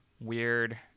weird